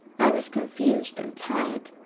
i was confused and tired.